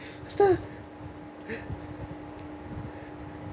faster